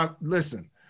Listen